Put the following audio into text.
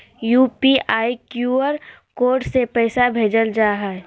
UPI, QR code से पैसा भेजल जा हइ